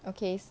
okay